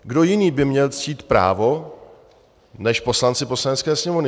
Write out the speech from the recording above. Kdo jiný by měl ctít právo než poslanci Poslanecké sněmovny?